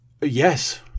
Yes